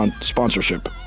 sponsorship